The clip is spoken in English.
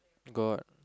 got